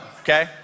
Okay